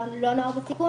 לא נוער בסיכון,